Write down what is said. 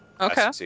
Okay